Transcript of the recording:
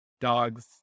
dogs